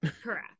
Correct